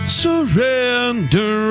surrender